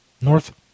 north